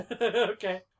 Okay